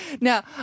now